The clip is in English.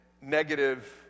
negative